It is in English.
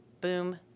boom